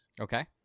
Okay